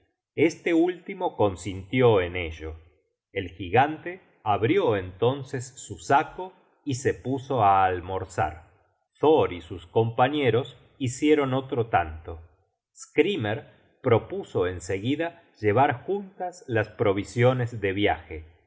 este último consintió en ello el gigante abrió entonces su saco y se puso á almorzar thor y sus compañeros hicieron otro tanto srykmer propuso en seguida llevar juntas las provisiones de viaje